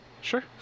Sure